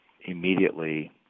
immediately